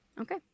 Okay